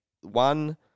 one